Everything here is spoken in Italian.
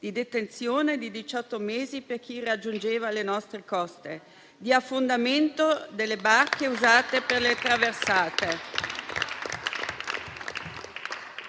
di detenzione di diciotto mesi per chi raggiungeva le nostre coste e di affondamento delle barche usate per le traversate.